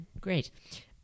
great